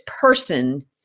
person